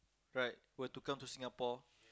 right were to come to Singapore